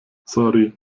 sorry